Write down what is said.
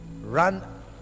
run